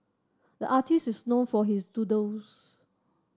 the artist is known for his doodles